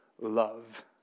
love